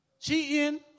cheating